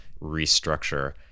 restructure